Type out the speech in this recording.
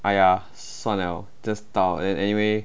!aiya! 算 liao just 到 and anyway